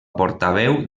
portaveu